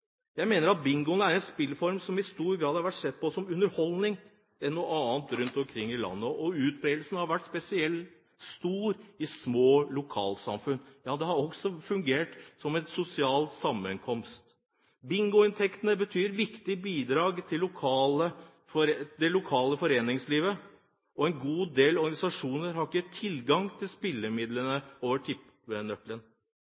Jeg mener at bingo er en spillform som i stor grad har vært sett på mer som underholdning enn noe annet rundt omkring i landet, og utbredelsen har vært spesielt stor i små lokalsamfunn. Det har også fungert som en sosial sammenkomst. Bingoinntektene betyr viktige bidrag til det lokale foreningslivet, og en god del organisasjoner har ikke tilgang til